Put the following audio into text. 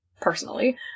personally